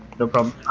no problem.